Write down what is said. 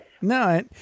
No